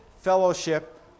fellowship